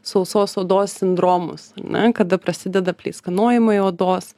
sausos odos sindromas ar ne kada prasideda pleiskanojimai odos